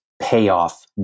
payoff